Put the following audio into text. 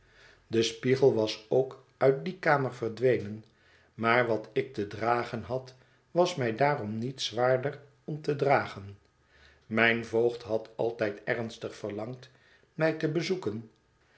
de spiegel was ook uit die kamer verdwenen maar wat ik te dragen had was mij daarom niet zwaarder om te dragen mijn voogd had altijd ernstig verlangd mij te bezoeken